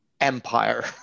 empire